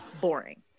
boring